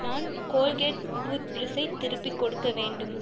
நான் Colgate tooth ப்ரெஷ்ஸை திருப்பிக் கொடுக்க வேண்டும்